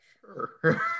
Sure